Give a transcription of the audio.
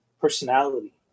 personality